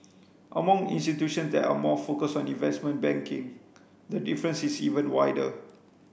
among institutions that are more focused on investment banking the difference is even wider